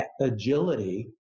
agility